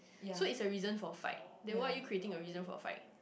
so it's a reason for a fight then why are you creating a reason for a fight